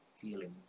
feelings